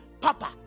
papa